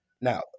Now